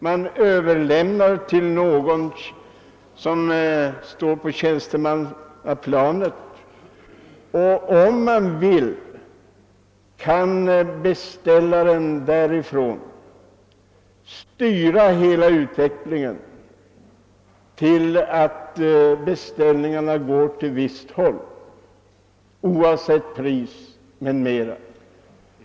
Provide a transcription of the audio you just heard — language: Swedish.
Man överlämnar kontrollen till någon som står på tjänstemannaplanet, och om en beställare så vill kan han där styra beställningarna åt visst håll, oavsett pris m.m.